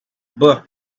book